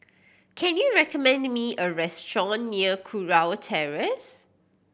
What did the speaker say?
can you recommend me a restaurant near Kurau Terrace